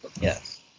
Yes